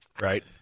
right